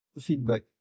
Feedback